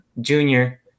junior